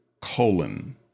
colon